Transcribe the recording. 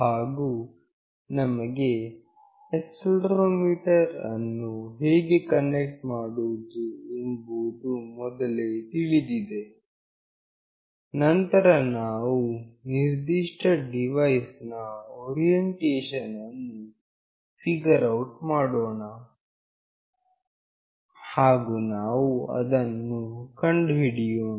ಹಾಗು ನಮಗೆ ಆಕ್ಸೆಲೆರೋಮೀಟರ್ ಅನ್ನು ಹೇಗೆ ಕನೆಕ್ಟ್ ಮಾಡುವುದು ಎಂಬುದು ಮೊದಲೇ ತಿಳಿದಿದೆ ನಂತರ ನಾವು ನಿರ್ದಿಷ್ಟ ಡಿವೈಸ್ ನ ಓರಿಯೆಂಟೇಷನ್ ಅನ್ನು ಫಿಗರ್ ಔಟ್ ಮಾಡೋಣ ಹಾಗು ನಾವು ಅದನ್ನು ಕಂಡುಹಿಡಿಯೋಣ